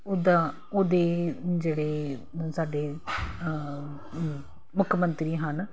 ਉਹਦਾ ਉਹਦੇ ਜਿਹੜੇ ਸਾਡੇ ਮੁੱਖ ਮੰਤਰੀ ਹਨ